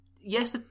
Yes